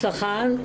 בהצלחה.